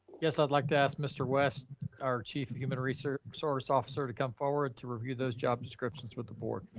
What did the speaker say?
yes. i'd like to ask mr. west our chief human resource resource officer to come forward to review those job descriptions with the board.